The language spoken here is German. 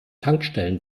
tankstellen